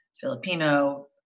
Filipino